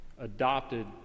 adopted